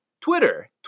Twitter